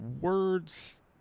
words